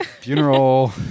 Funeral